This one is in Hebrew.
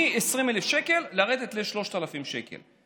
מ-20,000 שקל לרדת ל-3,000 שקל.